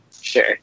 Sure